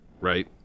Right